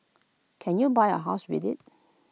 can you buy A house with IT